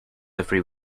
every